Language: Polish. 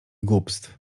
głupstw